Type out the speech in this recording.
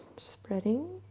spreading